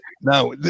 now